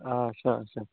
آچھا اَچھا